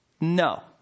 No